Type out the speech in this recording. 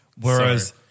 Whereas